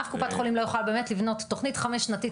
אף קופת חולים לא יכולה באמת לבנות תוכנית חמש שנתית